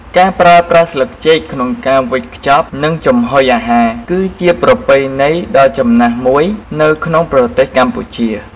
ការប្រើប្រាស់ស្លឹកចេកក្នុងការវេចខ្ចប់ និងចំហុយអាហារ គឺជាប្រពៃណីដ៏ចំណាស់មួយនៅក្នុងប្រទេសកម្ពុជា។